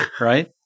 right